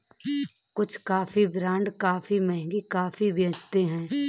कुछ coffee brand काफी महंगी कॉफी बेचते हैं